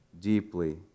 deeply